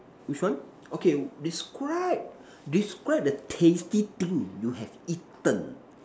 which one okay describe describe the tasty thing you have eaten